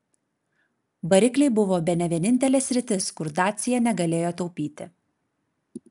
varikliai buvo bene vienintelė sritis kur dacia negalėjo taupyti